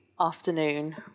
afternoon